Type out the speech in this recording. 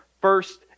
First